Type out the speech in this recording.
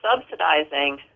subsidizing